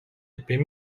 apie